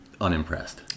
unimpressed